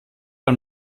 ein